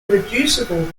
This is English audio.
irreducible